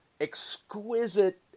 exquisite